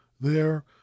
There